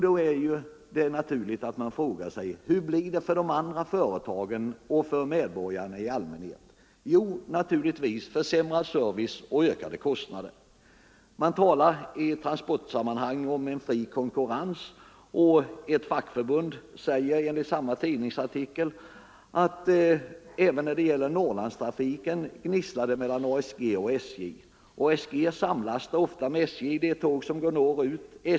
Då är det naturligt att fråga: Hur blir det för de andra företagen och för medborgaren i allmänhet? Jo, naturligtvis försämrad service och ökade kostnader. Man talar i transportsammanhang om den fria konkurrensen. Ett fackförbund säger enligt samma tidningsartikel att även när det gäller Norrlandstrafiken gnisslar det mellan ASG och SJ. ASG samlastar ofta med SJ i de tåg som går norrut.